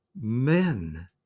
men